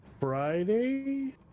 Friday